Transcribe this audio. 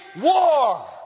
war